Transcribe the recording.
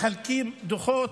מחלקים דוחות,